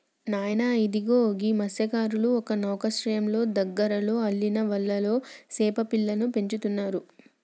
నాయన ఇగో గీ మస్త్యకారులు ఒక నౌకశ్రయంలో దగ్గరలో అల్లిన వలలో సేప పిల్లలను పెంచుతారు